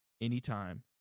anytime